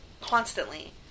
constantly